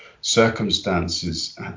circumstances